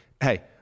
hey